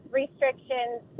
restrictions